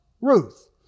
Ruth